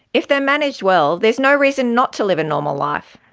if they are managed well there's no reason not to live a normal life.